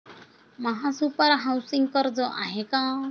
महासुपर हाउसिंग कर्ज आहे का?